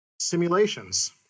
simulations